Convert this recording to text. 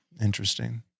Interesting